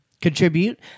contribute